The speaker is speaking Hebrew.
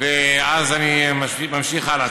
ואז אני ממשיך הלאה.